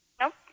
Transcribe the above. Nope